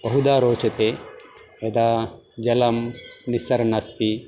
बहुधा रोचते यदा जलं निस्सरन् अस्ति